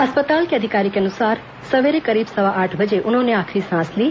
अस्पताल के अधिकारी को अनुसार सवेरे करीब सवा आठ बजे उन्होंने आखिरी सांस ली